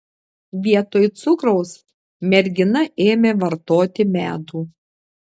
vietoj cukraus mergina ėmė vartoti medų